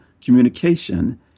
communication